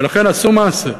ולכן, עשו מעשה.